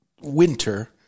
winter